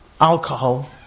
alcohol